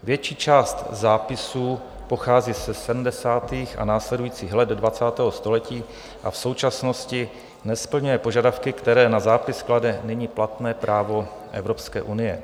Větší část zápisů pochází ze sedmdesátých a následujících let 20. století a v současnosti nesplňuje požadavky, které na zápis klade nyní platné právo Evropské unie.